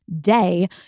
day